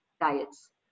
diets